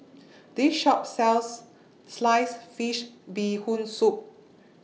This Shop sells Sliced Fish Bee Hoon Soup